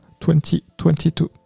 2022